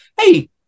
Hey